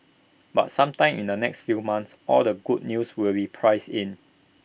but sometime in the next few months all the good news will be priced in